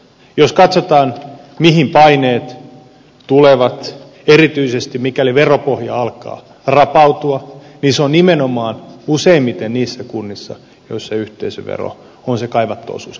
jos katsotaan mihin paineet tulevat erityisesti mikäli veropohja alkaa rapautua niin nimenomaan useimmiten niihin kuntiin joissa yhteisövero on se kaivattu osuus